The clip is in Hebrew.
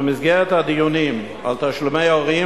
במסגרת הדיונים על תשלומי הורים,